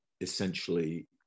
essentially